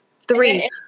Three